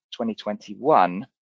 2021